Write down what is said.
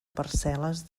parcel·les